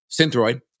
synthroid